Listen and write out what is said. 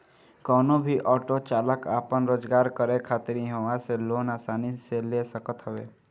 कवनो भी ऑटो चालाक आपन रोजगार करे खातिर इहवा से लोन आसानी से ले सकत हवे